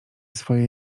swoje